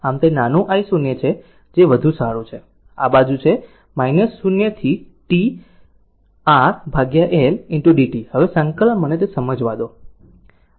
આમ તે નાનું I0 છે જે તે વધુ સારું છે અને આ બાજુ છે 0 થી t R L dt હવે સંકલન મને તે સમજાવા દો